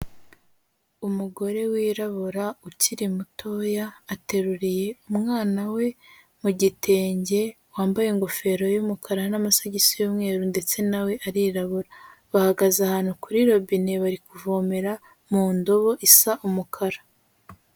Umugore wirabura ukiri mutoya ateruriye umwana we mu gitenge wambaye ingofero y'umukara n'amasigisi y'umweru ndetse nawe arirabura bahagaze ahantu kuri robine bari kuvomera mu ndobo isa umukara.